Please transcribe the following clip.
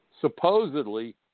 supposedly